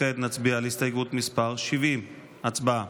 כעת נצביע על הסתייגות מס' 70. הצבעה.